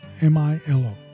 M-I-L-O